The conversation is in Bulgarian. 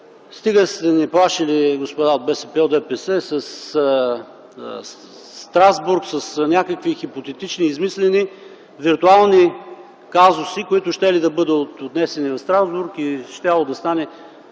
Стига сте ни плашили, господа от БСП и от ДПС, със Страсбург, с някакви хипотетични, измислени, виртуални казуси, които щели да бъдат отнесени до Страсбург и щяло да стане,